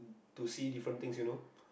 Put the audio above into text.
to see different things you know